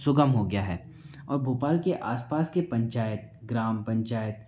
सुगम हो गया है और भोपाल के आसपास के पंचायत ग्राम पंचायत